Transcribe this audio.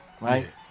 right